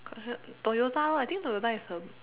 Toyota lor I think Toyota is a